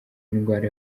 indwara